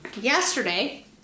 yesterday